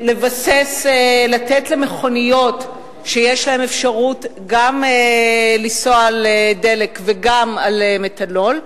לתת למכוניות שיש להן אפשרות גם לנסוע על דלק וגם על מתנול,